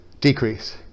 decrease